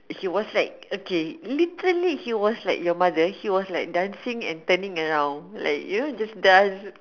he was like okay literally he was like your mother he was like dancing and standing around like you know like dance